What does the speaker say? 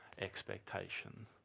expectation